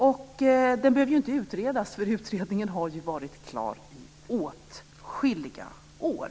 Förslaget behöver inte utredas, för utredningen har varit klar i åtskilliga år.